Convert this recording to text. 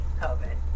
COVID